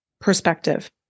perspective